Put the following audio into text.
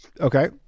okay